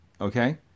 Okay